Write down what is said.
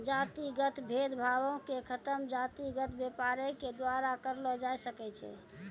जातिगत भेद भावो के खतम जातिगत व्यापारे के द्वारा करलो जाय सकै छै